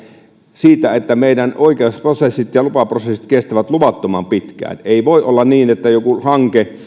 siitä että meidän oikeusprosessit ja lupaprosessit kestävät luvattoman pitkään ei voi olla niin että joku hanke